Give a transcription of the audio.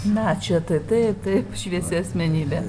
na čia tai tai taip taip šviesi asmenybė